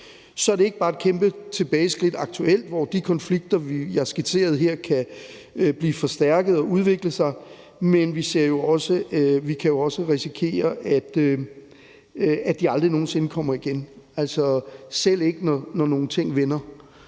er det ikke bare et kæmpe tilbageskridt aktuelt, hvor de konflikter, jeg skitserede her, kan blive forstærket og udvikle sig, men vi kan også risikere, at den aldrig nogen sinde kommer igen, selv ikke når nogle ting vender.